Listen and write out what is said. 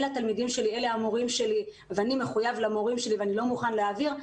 אלה התלמידים שלי והמורים שלי ואני מחויבת למורים שלי ולא מוכנה להעביר,